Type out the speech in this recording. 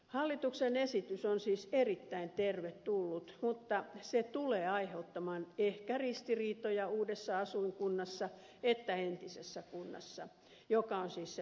hallituksen esitys on siis erittäin tervetullut mutta se tulee aiheuttamaan ehkä ristiriitoja sekä uudessa asuinkunnassa että entisessä kunnassa joka on siis se maksaja